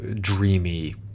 dreamy